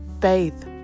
faith